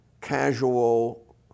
casual